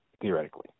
theoretically